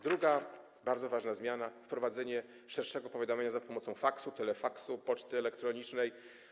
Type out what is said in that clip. Druga bardzo ważna zmiana to wprowadzenie szerszego powiadamiania za pomocą faksu, telefaksu i poczty elektronicznej.